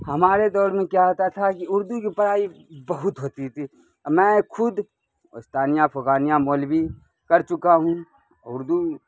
ہمارے دور میں کیا ہوتا تھا کہ اردو کی پڑھائی بہت ہوتی تھی میں خود وستانیہ فوکانیاں مولوی کر چکا ہوں اردو